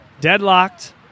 Deadlocked